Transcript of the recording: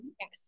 Yes